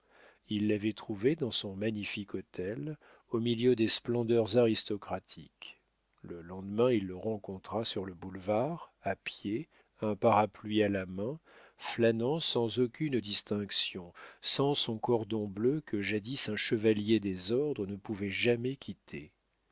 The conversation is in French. il l'avait trouvé dans son magnifique hôtel au milieu des splendeurs aristocratiques le lendemain il le rencontra sur le boulevard à pied un parapluie à la main flânant sans aucune distinction sans son cordon bleu que jadis un chevalier des ordres ne pouvait jamais quitter